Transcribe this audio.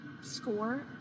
Score